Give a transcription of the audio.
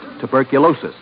tuberculosis